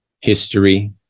history